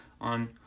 on